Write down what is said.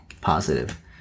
positive